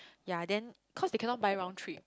yea then cause they cannot buy round trip